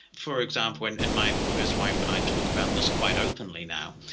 for example, and and my first wife and i talk about this quite openly now,